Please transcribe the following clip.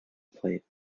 plate